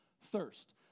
thirst